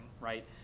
right